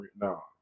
No